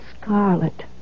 Scarlet